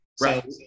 Right